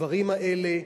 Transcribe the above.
הדברים האלה,